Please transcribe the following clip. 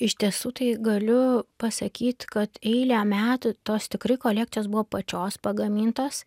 iš tiesų tai galiu pasakyt kad eilę metų tos tikrai kolekcijos buvo pačios pagamintos